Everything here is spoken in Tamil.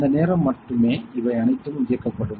அந்த நேரம் மட்டுமே இவை அனைத்தும் இயக்கப்படும்